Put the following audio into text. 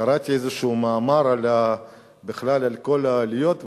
קראתי איזשהו מאמר בכלל על כל העליות,